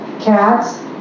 Cats